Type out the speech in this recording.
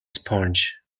sponge